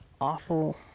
awful